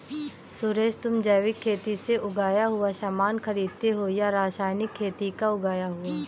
सुरेश, तुम जैविक खेती से उगाया हुआ सामान खरीदते हो या रासायनिक खेती का उगाया हुआ?